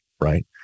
right